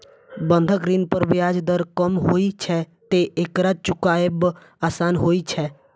बंधक ऋण पर ब्याज दर कम होइ छैं, तें एकरा चुकायब आसान होइ छै